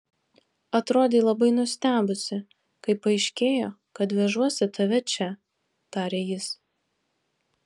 atrodei labai nustebusi kai paaiškėjo kad vežuosi tave čia tarė jis